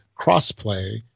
crossplay